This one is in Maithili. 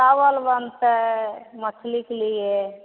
चावल बनतै मछलीके लिए